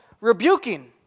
rebuking